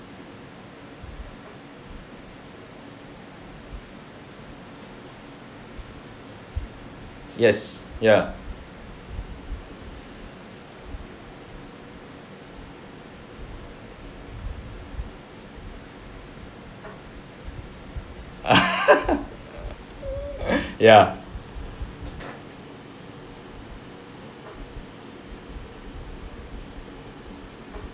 yes ya ya